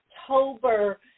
October